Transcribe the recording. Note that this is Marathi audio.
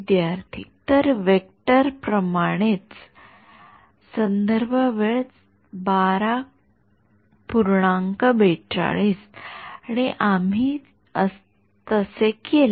विद्यार्थीः तर वेक्टर प्रमाणेच आणि आम्ही तसे केले